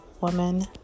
Woman